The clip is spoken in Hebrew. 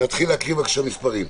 להתחיל להקריא בבקשה מספרים.